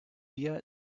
yet